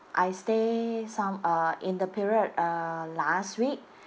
I stay some uh in the period uh last week